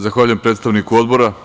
Zahvaljujem predstavniku Odbora.